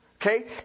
Okay